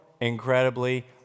incredibly